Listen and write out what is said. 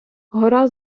гора